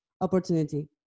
opportunity